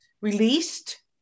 released